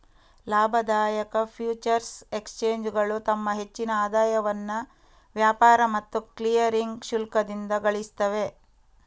ಲಾಭದಾಯಕ ಫ್ಯೂಚರ್ಸ್ ಎಕ್ಸ್ಚೇಂಜುಗಳು ತಮ್ಮ ಹೆಚ್ಚಿನ ಆದಾಯವನ್ನ ವ್ಯಾಪಾರ ಮತ್ತು ಕ್ಲಿಯರಿಂಗ್ ಶುಲ್ಕದಿಂದ ಗಳಿಸ್ತವೆ